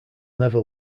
never